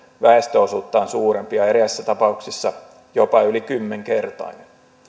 väestöosuutta suurempi ja eräissä tapauksissa jopa yli kymmenkertainen